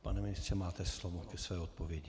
Pane ministře, máte slovo ke své odpovědi.